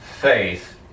faith